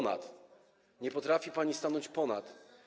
Nie potrafi pani stanąć ponad.